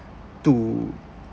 to